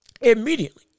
Immediately